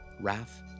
wrath